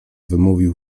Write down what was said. wymówił